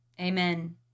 Amen